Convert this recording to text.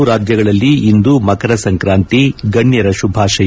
ಹಲವು ರಾಜ್ಯಗಳಲ್ಲಿ ಇಂದು ಮಕರ ಸಂಕ್ರಾಂತಿ ಗಣ್ಣರ ಶುಭಾಶಯ